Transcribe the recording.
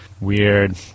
weird